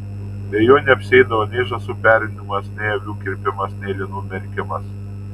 be jo neapsieidavo nei žąsų perinimas nei avių kirpimas nei linų merkimas